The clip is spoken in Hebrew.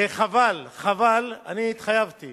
וחבל, חבל, אני התחייבתי